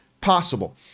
possible